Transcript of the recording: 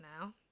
now